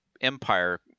empire